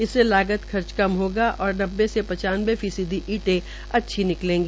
इससे लागत खर्च कम होगा और नब्बे से पचानवें फीसदी ईंट अच्छी निकलेगी